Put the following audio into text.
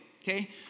okay